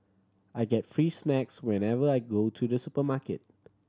I get free snacks whenever I go to the supermarket